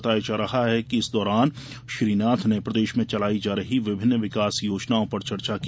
बताया जा रहा है इस दौरान श्री नाथ ने प्रदेश में चलाई जा रही विभिन्न विकास योजनाओं पर चर्चा की